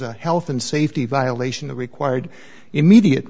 a health and safety violation the required immediate